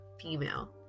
female